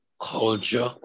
culture